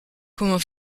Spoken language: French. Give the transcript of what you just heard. comment